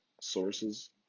sources